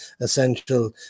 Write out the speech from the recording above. essential